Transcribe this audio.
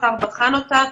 השר בחן אותה,